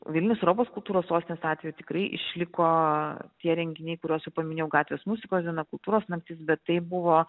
vilnius europos kultūros sostinės atveju tikrai išliko tie renginiai kuriuos ir paminėjau gatvės muzikos diena kultūros naktis bet tai buvo